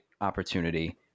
opportunity